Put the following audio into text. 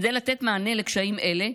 כדי לתת מענה לקשיים אלה,